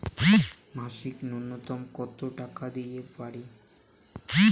মাসিক নূন্যতম কত টাকা দিতে পারি?